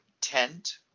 tent